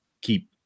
keep